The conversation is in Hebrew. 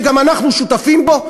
שגם אנחנו שותפים לו,